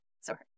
Sorry